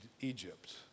Egypt